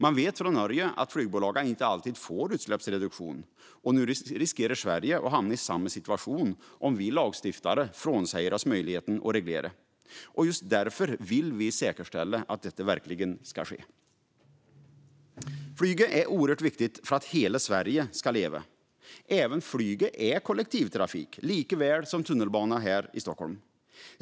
Man vet från Norge att flygbolagen inte alltid får utsläppsreduktion, och nu riskerar Sverige att hamna i samma situation om vi lagstiftare frånsäger oss möjligheten att reglera. Just därför vill vi säkerställa att detta verkligen sker. Flyget är oerhört viktigt för att hela Sverige ska leva. Även flyget är kollektivtrafik, likaväl som tunnelbanan här i Stockholm.